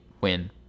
win